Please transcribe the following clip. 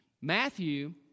Matthew